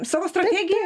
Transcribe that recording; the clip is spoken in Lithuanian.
savo strategiją